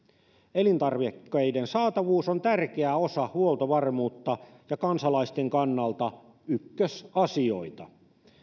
elintarvikkeiden saatavuus on tärkeä osa huoltovarmuutta ja kansalaisten kannalta ykkösasioita